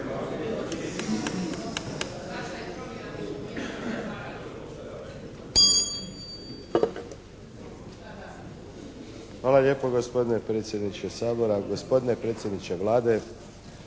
Hvala lijepo gospodine predsjedniče, gospodine premijeru i uvaženi